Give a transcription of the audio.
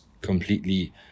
completely